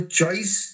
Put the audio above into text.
choice